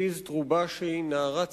ליז טרובישי, נערה צעירה,